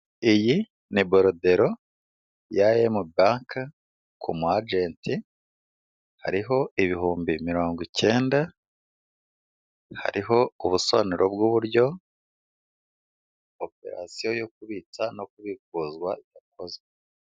Iyi ni borodero ya emu banke ku mu ajenti, hariho ibihumbi mirongo icyenda, hariho ubusobanuro bw'uburyo operasiyo yo kubitsa no kubikuzwa yakoze.